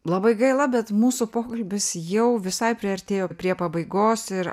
labai gaila bet mūsų pokalbis jau visai priartėjo prie pabaigos ir